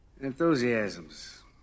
Enthusiasms